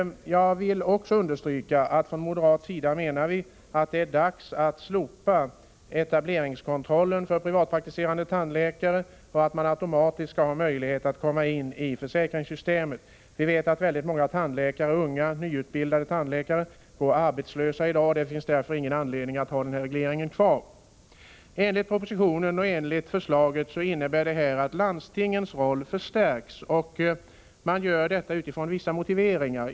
Jag vill också understryka att från moderat sida menar vi att det är dags att slopa etableringskontrollen för privatpraktiserande tandläkare och att man automatiskt skall ha möjlighet att komma in i försäkringssystemet. Vi vet att väldigt många unga nyutbildade tandläkare går arbetslösa i dag. Det finns därför ingen anledning att ha den regleringen kvar. Propositionen innebär att regeringen föreslår att landstingens roll förstärks, och man gör detta utifrån vissa motiveringar.